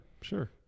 sure